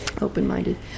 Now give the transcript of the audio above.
open-minded